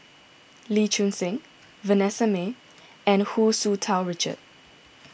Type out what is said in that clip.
Lee Choon Seng Vanessa Mae and Hu Tsu Tau Richard